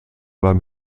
beim